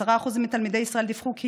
10% מתלמידי ישראל דיווחו כי